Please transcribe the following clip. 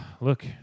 Look